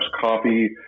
coffee